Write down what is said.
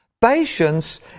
Patience